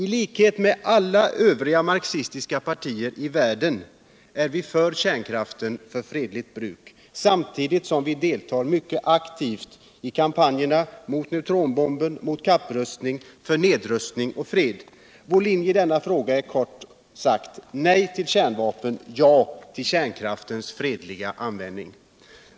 Hikhet med alla övriga marxistiska partier i världen är vi för kärnkraften för Energiforskning, fredligt bruk. samtidigt som vi deltar mycket aktivt i kampanjerna mot neutronbomben, mot kapprustningen, för nedrustning och fred. Vår linje i denna fråga är kort sagt: Nej till kärnvapen. ja till kärnkraftens fredliga användning.